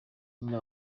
nyina